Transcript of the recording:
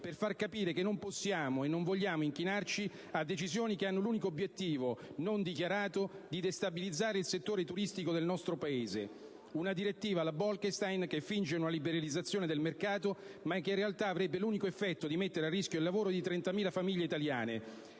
per far capire che non possiamo e non vogliamo inchinarci a decisioni che hanno l'unico obiettivo non dichiarato di destabilizzare il settore turistico del nostro Paese. La Bolkestein è una direttiva che finge una liberalizzazione del mercato, ma che in realtà avrebbe l'unico effetto di mettere a rischio il lavoro di 30.000 famiglie italiane.